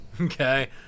Okay